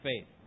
faith